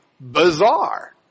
bizarre